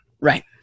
Right